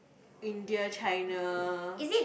India China